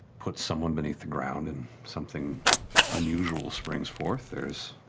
put someone beneath the ground and something unusual springs forth. there's